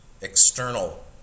external